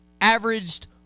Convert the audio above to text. averaged